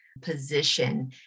position